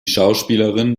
schauspielerin